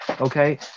okay